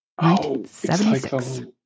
1976